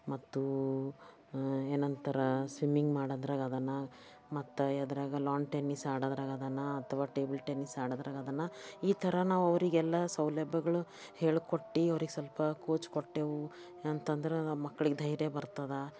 ಮತ್ತು ಏನಂತಾರೆ ಸ್ವಿಮ್ಮಿಂಗ್ ಮಾಡೋದ್ರಾಗ ಅದನ್ನ ಮತ್ತು ಯಾವುದ್ರಾಗ ಲೋನ್ ಟೆನ್ನಿಸ್ ಆಡೊದ್ರಾಗ ಅದನ್ನ ಅಥವಾ ಟೇಬಲ್ ಟೆನ್ನಿಸ್ ಆಡೊದ್ರಾಗ ಅದನ್ನ ಈ ಥರ ನಾವು ಅವ್ರಿಗೆಲ್ಲ ಸೌಲಭ್ಯಗಳು ಹೇಳ್ಕೊಟ್ಟು ಅವ್ರಿಗೆ ಸ್ವಲ್ಪ ಕೋಚ್ ಕೊಟ್ಟೆವು ಅಂತಂದ್ರೆ ಆ ಮಕ್ಳಿಗೆ ಧೈರ್ಯ ಬರ್ತದೆ